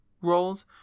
roles